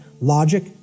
logic